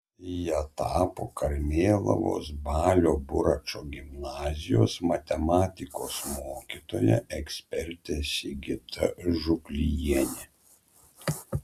ja tapo karmėlavos balio buračo gimnazijos matematikos mokytoja ekspertė sigita žuklijienė